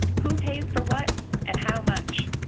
who pays for what and how much?